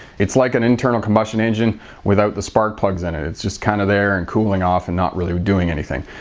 it's like an internal combustion engine without the spark plugs. and and it's just kind of there and cooling off and not really doing anything.